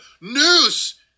noose